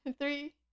three